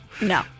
No